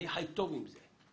אני חי טוב עם זה,